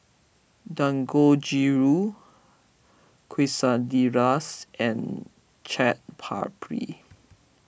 Dangojiru Quesadillas and Chaat Papri